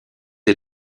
est